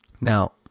Now